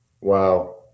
Wow